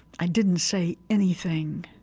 i didn't say anything.